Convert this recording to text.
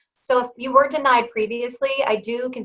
so if you were denied previously, i do,